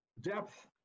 depth